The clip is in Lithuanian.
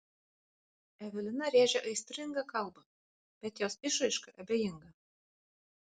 evelina rėžia aistringą kalbą bet jos išraiška abejinga